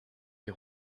des